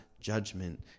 judgment